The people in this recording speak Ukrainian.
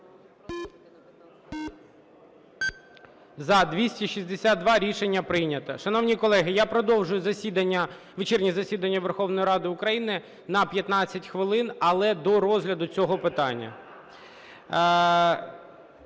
За-262 Рішення прийнято. Шановні колеги, я продовжую вечірнє засідання Верховної Ради України на 15 хвилин, але до розгляду цього питання.